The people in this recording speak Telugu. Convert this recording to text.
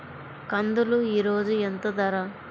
కందులు ఈరోజు ఎంత ధర?